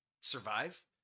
survive